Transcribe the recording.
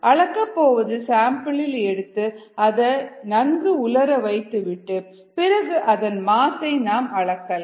அளக்கப் போவதின் சாம்பிள் எடுத்து அதை நன்கு உலர வைத்து விட்டு பிறகு அதன் மாசை நாம் அளக்கலாம்